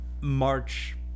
March